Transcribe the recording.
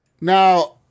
Now